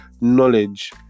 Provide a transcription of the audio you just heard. knowledge